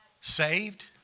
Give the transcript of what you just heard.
Saved